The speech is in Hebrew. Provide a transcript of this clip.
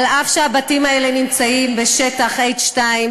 אף שהבתים האלה נמצאים בשטח H2,